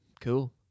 Cool